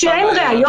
כשאין ראיות,